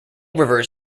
rivers